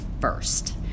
first